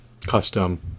custom